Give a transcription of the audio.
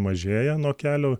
mažėja nuo kelio